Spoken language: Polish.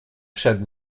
przed